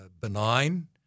benign